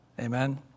amen